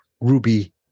ruby